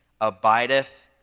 abideth